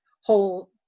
whole